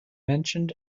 mentioned